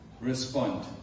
respond